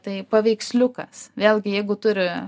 tai paveiksliukas vėlgi jeigu turi